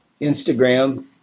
Instagram